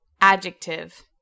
Adjective